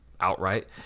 outright